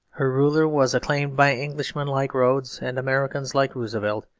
her ruler was acclaimed by englishmen like rhodes, and americans like roosevelt,